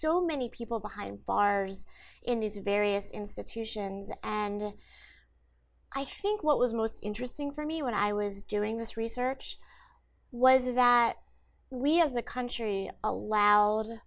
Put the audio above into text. so many people behind bars in these various institutions and i think what was most interesting for me when i was doing this research was that we as a country allo